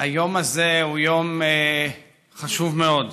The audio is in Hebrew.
היום הזה הוא יום חשוב מאוד,